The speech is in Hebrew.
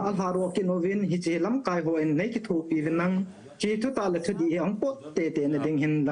כל מה שצריך כדי שיהיה התקדמות תעזרו לי,